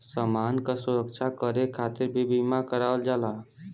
समान क सुरक्षा करे खातिर भी बीमा करावल जाला